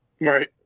Right